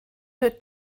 her